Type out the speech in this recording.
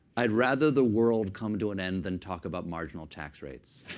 i'd rather the world come to an end than talk about marginal tax rates.